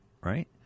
right